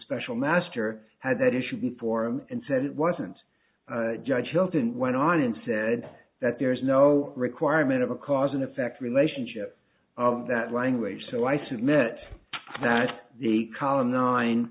special master had that issue before him and said it wasn't judge hilton went on and said that there is no requirement of a cause and effect relationship of that language so i submit that the column nine